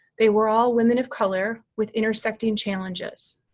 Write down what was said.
they were all women of color with intersecting challenges.